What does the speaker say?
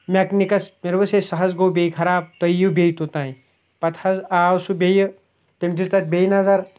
میکنِکَس مےٚ دوٚپمَس ہے سُہ حظ گوٚو بیٚیہِ خراب تُہۍ یِیِو بیٚیہِ توٚتانۍ پَتہٕ حظ آو سُہ بیٚیہِ تٔمۍ دِژ تَتھ بیٚیہِ نظر